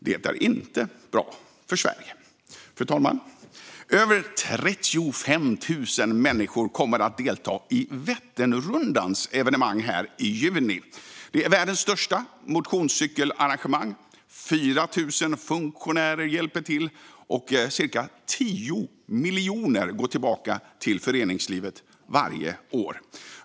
Det är inte bra för Sverige. Fru talman! Över 35 000 människor kommer att delta i Vätternrundans evenemang i juni. Det är världens största motionscykelarrangemang. 4 000 funktionärer hjälper till, och cirka 10 miljoner kronor går tillbaka till föreningslivet varje år.